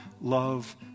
love